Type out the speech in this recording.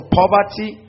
poverty